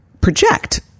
project